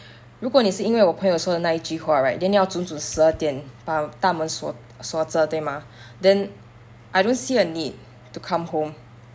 如果你是因为我朋友说的那一句话 right then 你要准准十二点把大门锁锁着对吗 then I don't see a need to come home